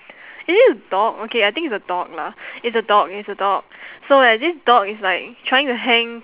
there's this dog okay I think it's a dog lah it's a dog it's a dog so there's this dog it's like trying to hang